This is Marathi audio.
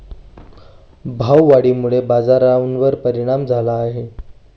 भाववाढीमुळे बाजारावर परिणाम झाला आहे